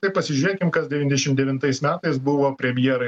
tai pasižiūrėkim kas devyndešim devintais metais buvo premjerai